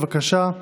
בבקשה,